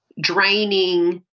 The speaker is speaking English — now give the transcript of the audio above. draining